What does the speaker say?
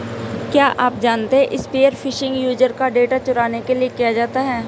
क्या आप जानते है स्पीयर फिशिंग यूजर का डेटा चुराने के लिए किया जाता है?